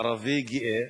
ערבי גאה,